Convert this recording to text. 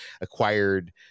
acquired